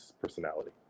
personality